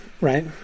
right